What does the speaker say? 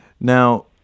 Now